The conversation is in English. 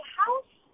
house